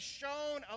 shown